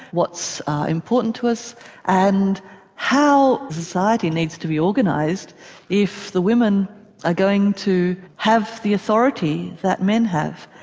what's important to us and how society needs to be organised if the women are going to have the authority that men have.